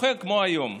זוכר כמו היום.